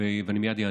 אני מייד אענה.